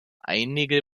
einige